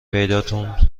پیداتون